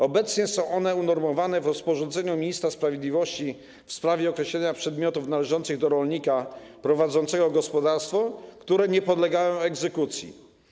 Obecnie są one unormowane w rozporządzeniu ministra sprawiedliwości w sprawie określenia przedmiotów należących do rolnika prowadzącego gospodarstwo, które nie podlegają egzekucji.